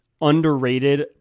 underrated